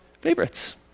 favorites